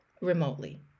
remotely